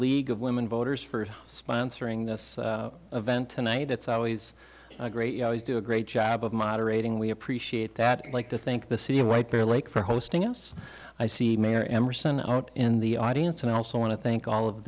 league of women voters for sponsoring this event tonight it's always a great you always do a great job of moderating we appreciate that and like to thank the city of white bear lake for hosting us i see mayor emerson out in the audience and i also want to thank all of